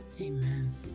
amen